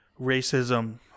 racism